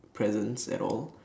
presents at all